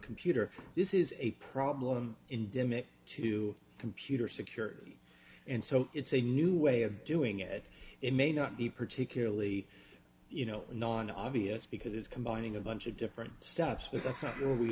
computer this is a problem in demi to computer security and so it's a new way of doing it it may not be particularly you know in on obvious because it's combining a bunch of different steps but